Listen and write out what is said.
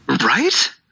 Right